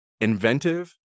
inventive